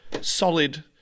solid